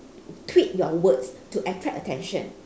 tweak your words to attract attention